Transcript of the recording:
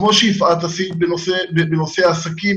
כמו שיפעת עשית בנושא עסקים,